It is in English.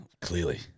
Clearly